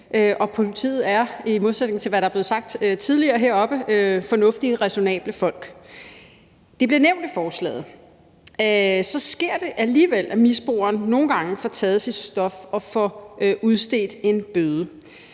og politiet er – i modsætning til hvad der er blevet sagt tidligere heroppefra – fornuftige, ræsonnable folk. Det bliver nævnt i forslaget, men så sker det alligevel, at misbrugeren nogle gange får taget sit stof og får udstedt en bøde.